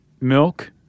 milk